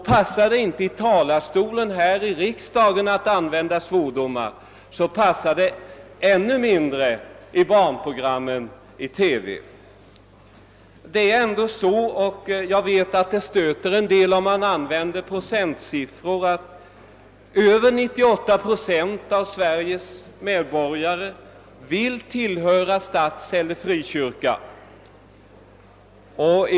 Passar det inte att använda svordomar i talarstolen här i riksdagen, så passar det ännu mindre i barnprogrammen i TV. Jag vet att det stöter en del om man använder siffror, men över 98 procent av Sveriges medborgare vill tillhöra statseller frikyrka.